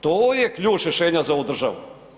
To je ključ rješenja za ovu državu.